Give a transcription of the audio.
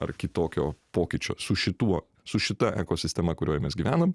ar kitokio pokyčio su šituo su šita ekosistema kurioj mes gyvenam